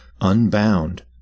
Unbound